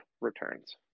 returns